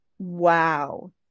Wow